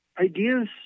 Ideas